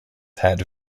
had